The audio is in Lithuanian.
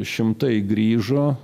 šimtai grįžo